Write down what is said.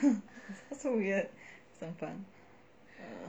that's so weird some fun